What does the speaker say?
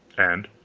and,